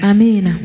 Amen